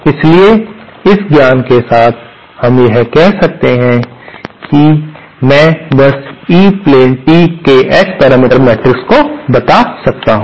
इसलिए इस ज्ञान के साथ हम कर सकते हैं मैं बस ई प्लेन टी के S पैरामीटर मैट्रिक्स को बता सकता हूं